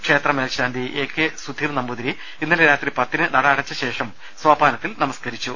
ക്ഷേത്ര മേൽശാന്തി A K Sudheer Namboothiri ഇന്നലെ രാത്രി പത്തിന് നട അടച്ചശേഷം സോപാനത്തിൽ നമസ്കരിച്ചു